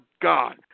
God